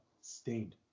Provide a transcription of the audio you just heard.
stained